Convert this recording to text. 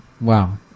Wow